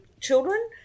children